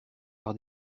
par